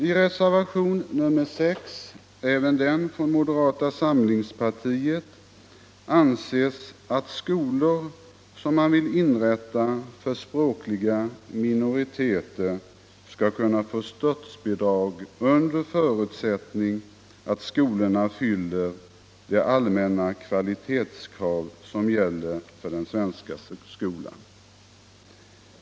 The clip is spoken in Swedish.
I reservationen 6, även den från moderata samlingspartiet, anses att Nr 80 skolor som man vill inrätta för språkliga minoriteter skall kunna få stats Onsdagen den bidrag under förutsättning att skolorna fyller de allmänna kvalitetskrav 14 maj 1975 som gäller för den svenska skolan.